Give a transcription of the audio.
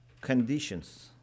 conditions